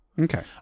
Okay